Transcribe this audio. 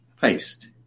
paste